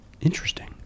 Interesting